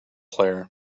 player